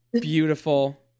beautiful